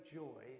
joy